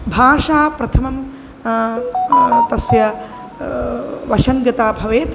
भाषा प्रथमं तस्य वशं गता भवेत्